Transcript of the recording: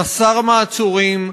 חסר מעצורים,